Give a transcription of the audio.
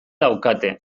daukate